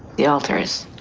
the alters.